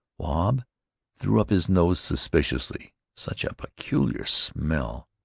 wahb threw up his nose suspiciously such a peculiar smell!